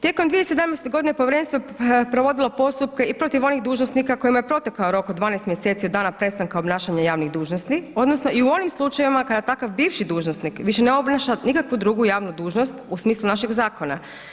Tijekom 2017. godine povjerenstvo je provodilo postupke i protiv onih dužnosnika kojima je protekao rok od 12 mjeseci od dana prestanka obnašanja javnih dužnosti odnosno i u onim slučajevima kada takav bivši dužnosnik više ne obnaša nikakvu drugu javnu dužnost u smislu našeg zakona.